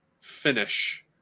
finish